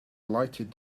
lighted